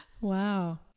Wow